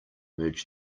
merge